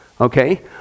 okay